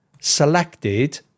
selected